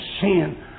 sin